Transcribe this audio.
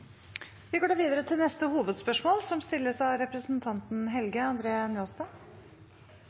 Vi går da videre til neste hovedspørsmål.